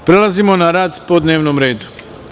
Prelazimo na rad po dnevnom redu.